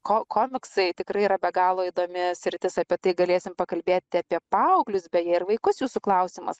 ko komiksai tikrai yra be galo įdomi sritis apie tai galėsim pakalbėti apie paauglius beje ir vaikus jūsų klausimas